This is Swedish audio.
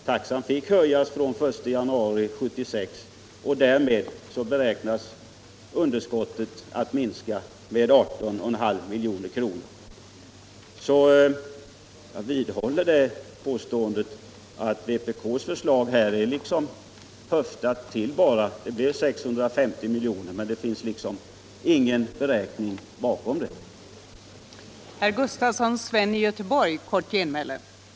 Taxan fick höjas den 1 februari 1976, och därmed beräknas underskottet minska med 18,5 milj.kr. Jag vidhåller därför påståendet att vpk:s förslag bara är höftat. Det blev 650 miljoner, men det finns ingen beräkning bakom förslaget.